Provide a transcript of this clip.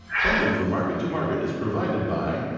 funding for market to market is provided by